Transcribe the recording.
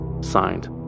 Signed